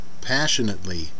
passionately